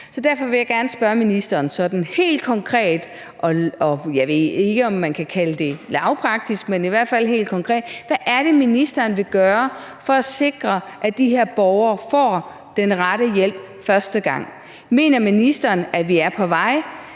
Så derfor vil jeg gerne spørge ministeren sådan helt konkret og lavpraktisk – jeg ved ikke, om man kan kalde det det, men i hvert fald helt konkret: Hvad er det, ministeren vil gøre for at sikre, at de her borgere får den rette hjælp første gang? Mener ministeren, at vi er på vej?